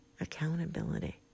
accountability